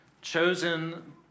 chosen